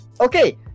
Okay